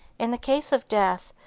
in the case of death,